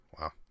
Wow